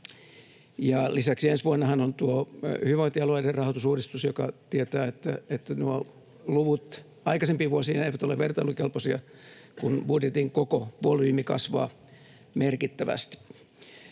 lisäksi ensi vuonnahan on tuo hyvinvointialueiden rahoitusuudistus, joka tietää, että nuo luvut aikaisempien vuosien kanssa eivät ole vertailukelpoisia, kun budjetin koko volyymi kasvaa merkittävästi.